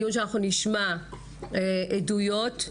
דיון שנשמע בו עדויות,